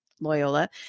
Loyola